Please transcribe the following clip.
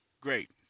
Great